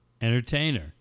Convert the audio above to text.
Entertainer